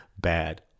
bad